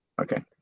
Okay